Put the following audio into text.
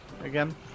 again